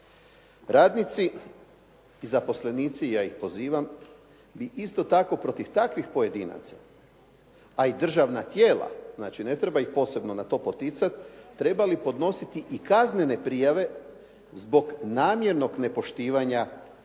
Radnici i zaposlenici, ja ih pozivam, bi isto tako protiv takvih pojedinaca a i državna tijela, znači ne treba ih posebno na to poticati, trebali podnositi i kaznene prijave zbog namjernog nepoštivanja